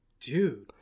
Dude